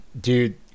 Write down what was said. dude